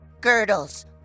girdles